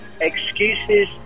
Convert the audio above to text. Excuses